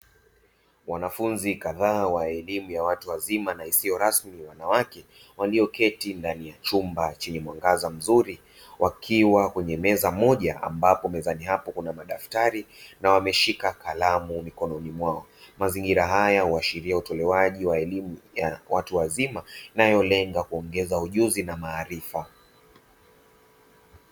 Wanafunzi kadhaa wa elimu ya watu wazima na isiyo rasmi, wanawake, walioketi ndani ya chumba chenye mwangaza mzuri wakiwa kwenye meza moja ambapo mezani hapo kuna madaftari na wameshika kalamu mikononi mwao. Mazingira haya huashiria utolewaji wa elimu ya watu wazima, inayolenga kuongeza ujuzi na maarifa.